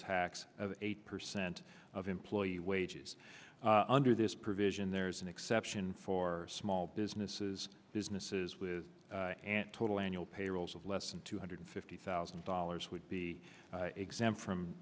tax of eight percent of employee wages under this provision there is an exception for small businesses businesses with an total annual payrolls of less than two hundred fifty thousand dollars would be exempt from